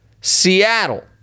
Seattle